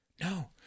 No